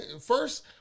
first